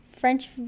French